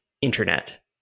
internet